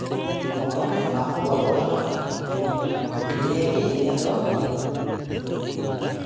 ᱠᱚᱦᱚᱸ ᱚᱱᱟᱦᱚᱸ ᱵᱚᱫᱚᱞ ᱟᱠᱟᱱᱟ ᱱᱤᱭᱟᱹᱜᱮ ᱤᱧᱟᱹᱜ ᱫᱚ